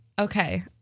Okay